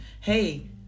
Hey